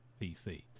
PC